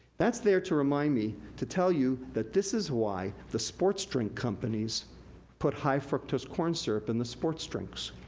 that's there to remind me to tell you that this is why the sports drink companies put high fructose corn syrup in the sports drinks.